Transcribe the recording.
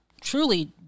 truly